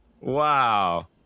Wow